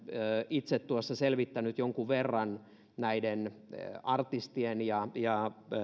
itse selvittänyt jonkun verran artistien ja ja